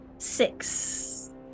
Six